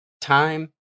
time